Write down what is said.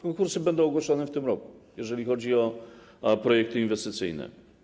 Konkursy będą ogłoszone w tym roku, jeżeli chodzi o projekty inwestycyjne.